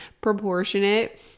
proportionate